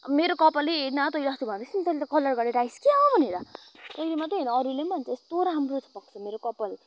मेरो कपाल नै हेर न तैँले अस्ति भन्दैथिइस नि तैँले त कलर गरेर आइस् क्या हौ भनेर तैँले मात्रै होइन अरूले पनि भन्छ यस्तो राम्रो भएको छ मेरो कपाल